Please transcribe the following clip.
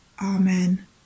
Amen